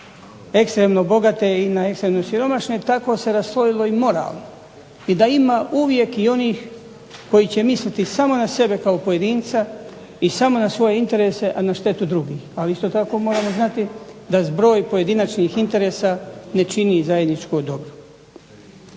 ekstremno bogate i na ekstremno siromašene, tako se raslojilo i na moralno i da uvijek ima onih koji će mislit samo na sebe kao pojedinca i samo na svoje interesa i na štetu drugih. Ali isto tako moramo znati da zbroj pojedinačnih interesa ne čini zajedničko dobro.